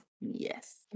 yes